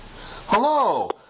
Hello